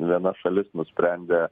viena šalis nusprendė